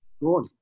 Good